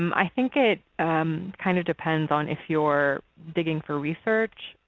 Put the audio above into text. i think it kind of depends on if you're digging for research,